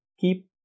keep